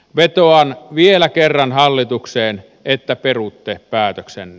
vetoan vielä kerran hallitukseen että perutte päätöksenne